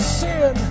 sin